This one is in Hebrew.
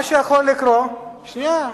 מה שיכול לקרות, שנייה.